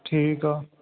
ਠੀਕ ਆ